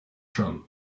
drum